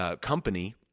company